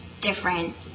different